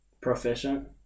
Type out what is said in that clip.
Proficient